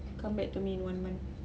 come back to me in one month